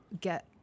get